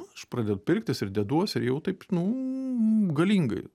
aš pradedu pirktis ir deduosi ir jau taip nu galingai